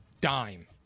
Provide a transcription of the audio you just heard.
dime